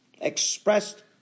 expressed